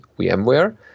VMware